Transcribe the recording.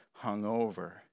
hungover